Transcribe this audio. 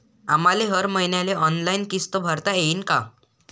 आम्हाले हर मईन्याले ऑनलाईन किस्त भरता येईन का?